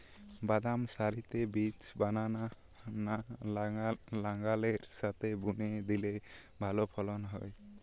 বাদাম সারিতে বীজ বোনা না লাঙ্গলের সাথে বুনে দিলে ভালো ফলন হয়?